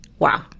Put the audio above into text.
Wow